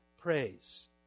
praise